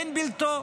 אין בלתו.